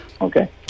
Okay